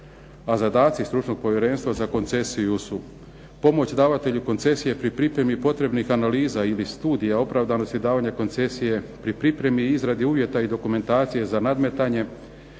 A zadaci stručnog povjerenstva za koncesiju su pomoć davatelju koncesije pri pripremi potrebnih analiza ili studija opravdanosti davanja koncesije, pri pripremi i izradi uvjeta i dokumentacije za nadmetanje,